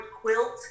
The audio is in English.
quilt